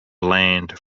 land